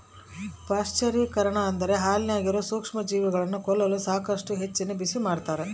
ಪಾಶ್ಚರೀಕರಣ ಅಂದ್ರ ಹಾಲಿನಾಗಿರೋ ಸೂಕ್ಷ್ಮಜೀವಿಗಳನ್ನ ಕೊಲ್ಲಲು ಸಾಕಷ್ಟು ಹೆಚ್ಚಿನ ಬಿಸಿಮಾಡ್ತಾರ